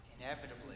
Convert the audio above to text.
inevitably